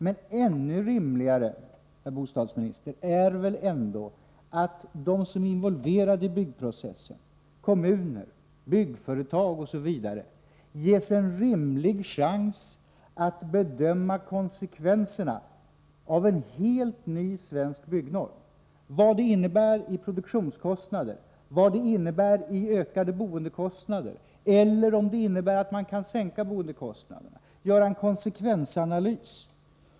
Men ännu rimligare, herr bostadsminister, är väl ändå att de som är involverade i byggprocessen — kommuner, byggföretag osv. — ges en rimlig chans att bedöma konsekvenserna av en helt ny svensk byggnorm — vad det innebär i produktionskostnader och i ökade boendekostnader eller möjligen sänkta boendekostnader — och att göra en konsekvensanalys.